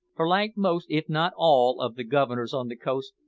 for like most, if not all, of the governors on the coast,